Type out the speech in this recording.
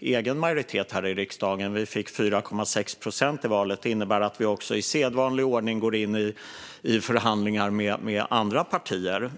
egen majoritet i riksdagen, utan vi fick 4,6 procent i valet. Det innebär också att vi i sedvanlig ordning går in i förhandlingar med andra partier.